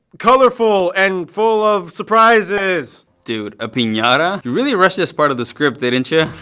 colorful and full of surprises. dude, a pinata? you really rush this part of the script. didn't yeah